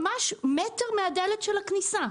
ממש מטר מדלת הכניסה.